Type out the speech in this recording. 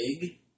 big